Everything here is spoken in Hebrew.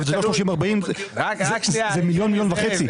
אבל זה לא 30-40, זה מיליון, מיליון וחצי.